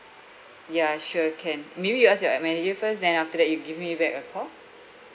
ya sure can maybe you ask your uh manager first then after that you give me back a call